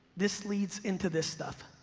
this leads into this stuff.